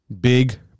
big